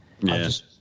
Yes